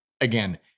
Again